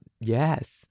Yes